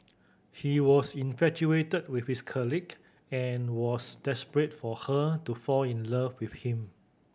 he was infatuated with his colleague and was desperate for her to fall in love with him